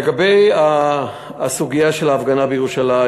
לגבי הסוגיה של ההפגנה בירושלים,